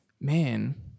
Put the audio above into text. man